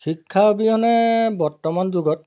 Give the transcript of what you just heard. শিক্ষা অবিহনে বৰ্তমান যুগত